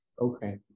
Okay